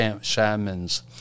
shamans